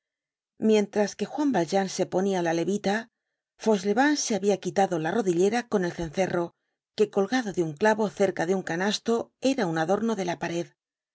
mientras que juan valjean se ponia la levita fauchelevent se habia quitado la rodillera con el cencerro que colgado de un clavo cerca de un canasto era un adorno de la pared los